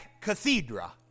cathedra